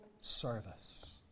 service